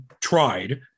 tried